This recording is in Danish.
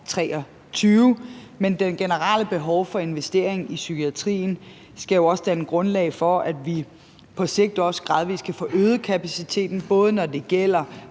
Men det generelle behov for investering i psykiatrien skal jo også danne grundlag for, at vi på sigt gradvis kan få øget kapaciteten, både når det gælder